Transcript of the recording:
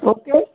okay